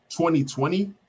2020